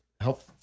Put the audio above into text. help